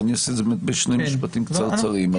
בשני משפטים קצרים.